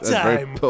time